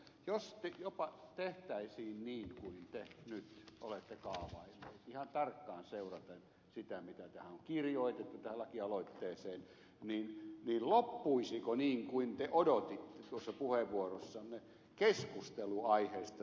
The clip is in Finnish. jos jopa tehtäisiin niin kuin te nyt olette kaavailleet ihan tarkkaan seuraten sitä mitä tähän on kirjoitettu tähän lakialoitteeseen niin loppuisiko niin kuin te odotitte tuossa puheenvuorossanne keskustelu aiheesta siihen